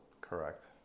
Correct